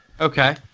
Okay